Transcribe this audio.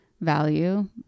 value